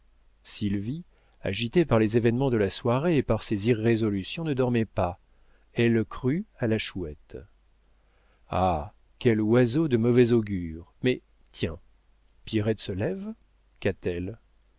sylvie agitée par les événements de la soirée et par ses irrésolutions ne dormait pas elle crut à la chouette ah quel oiseau de mauvais augure mais tiens pierrette se lève qu'a-t-elle